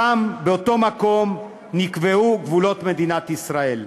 שם, באותו מקום, נקבעו גבולות מדינת ישראל.